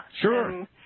Sure